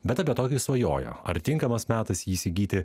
bet apie tokį svajoja ar tinkamas metas jį įsigyti